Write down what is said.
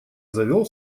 завёл